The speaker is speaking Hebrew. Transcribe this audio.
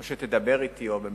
או שתדבר אתי או במכתב.